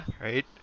Right